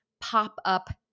pop-up